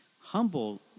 Humble